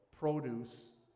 produce